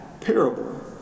parable